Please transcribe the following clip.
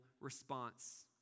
response